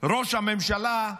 ראש הממשלה,